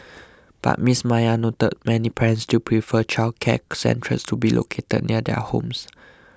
but Miss Maya noted many parents still prefer childcare centres to be located near their homes